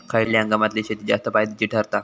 खयल्या हंगामातली शेती जास्त फायद्याची ठरता?